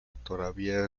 todavía